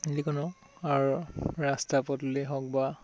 যিকোনো আৰু ৰাস্তা পদূলি হওক বা